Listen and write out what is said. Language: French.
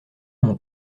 mon